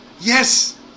Yes